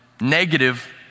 negative